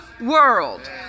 world